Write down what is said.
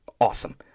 Awesome